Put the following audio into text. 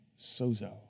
sozo